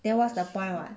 then what's the point [what]